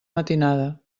matinada